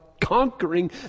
conquering